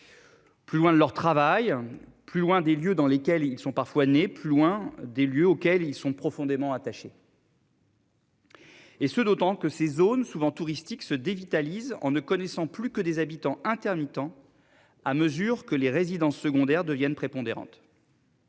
Plus loin de leur travail plus loin des lieux dans lesquels ils sont parfois n'est plus loin des lieux auxquelles ils sont profondément attachés. Et ce d'autant que ces zones souvent touristique se dévitaliser en ne connaissant plus que des habitants intermittents à mesure que les résidences secondaires deviennent prépondérantes.